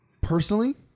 personally